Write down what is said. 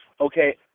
okay